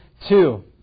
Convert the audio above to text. two